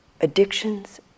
addictions